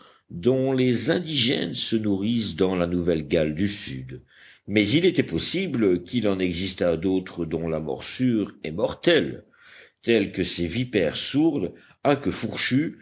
dont les indigènes se nourrissent dans la nouvelle galle du sud mais il était possible qu'il en existât d'autres dont la morsure est mortelle tels que ces vipères sourdes à queue fourchue